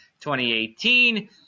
2018